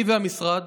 אני והמשרד